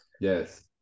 Yes